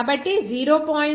కాబట్టి 0